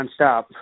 nonstop